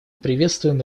приветствуем